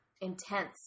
intense